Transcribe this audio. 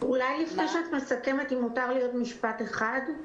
אולי לפני שאת מסכמת, אם מותר לי עוד משפט אחד?